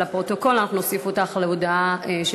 אבל לפרוטוקול אנחנו נוסיף אותך להודעה של